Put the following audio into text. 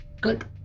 Good